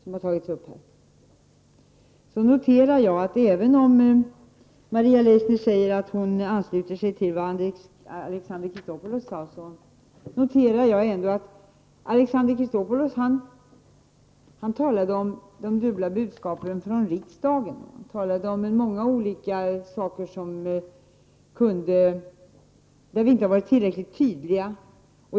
Maria Leissner framhåller att hon ansluter sig till vad Alexander Chrisopoulos sade. Men jag noterar att Alexander Chrisopoulos talade om dubbla budskap från riksdagen och om många frågor där vi inte har varit tillräckligt tydliga.